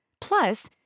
Plus